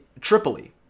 Tripoli